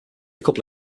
couple